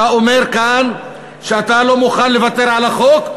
אתה אומר כאן שאתה לא מוכן לוותר על החוק,